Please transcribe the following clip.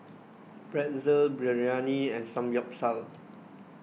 Pretzel Biryani and Samgyeopsal